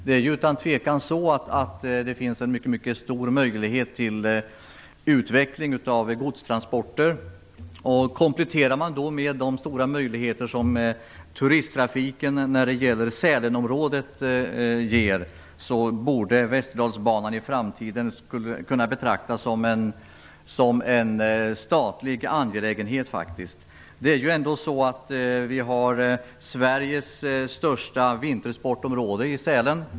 Det är utan tvekan så att det finns en mycket stor möjlighet till utveckling av godstransporter. Kompletterar man då med de stora möjligheter som turisttrafiken till Sälenområdet ger borde Västerdalsbanan i framtiden kunna betraktas som en statlig angelägenhet. Vi har ju Sveriges största vintersportområde i Sälen.